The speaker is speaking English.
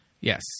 Yes